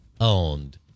owned